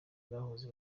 bahoze